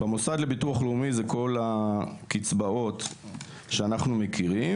במוסד לביטוח לאומי זה כל הקצבאות שאנחנו מכירים